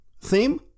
theme